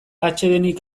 atsedenik